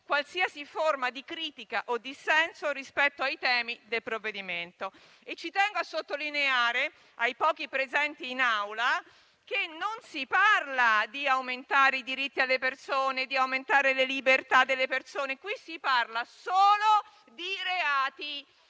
qualsiasi forma di critica o dissenso rispetto ai temi del provvedimento. Ci tengo a sottolineare ai pochi presenti in Aula che non si parla di aumentare i diritti e le libertà delle persone, ma solo di reati.